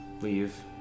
leave